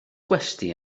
gwesty